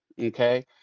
Okay